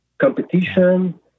Competition